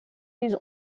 use